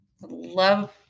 love